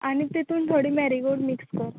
आनी तेतून थोडी मेरीगोल्ड मीक्स कर